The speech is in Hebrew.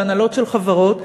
בהנהלות של חברות.